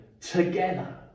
together